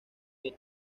que